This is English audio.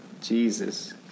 Jesus